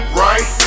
right